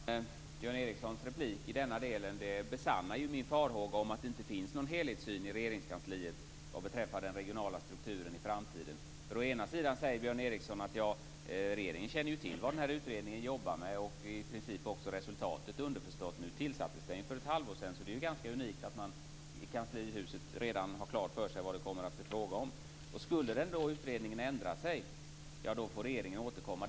Fru talman! Björn Ericsons replik i denna del besannar min farhåga om att det inte finns någon helhetssyn i Regeringskansliet vad beträffar den regionala strukturen i framtiden. Han säger att regeringen känner till vad utredningen arbetar med och underförstått också resultatet. Utredningen tillsattes ju för ett halvår sedan, så det är unikt att man i kanslihuset redan har klart för sig vad det kommer att bli fråga om. Om utredningen skulle ändra sig får regeringen återkomma.